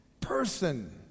person